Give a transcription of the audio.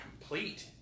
complete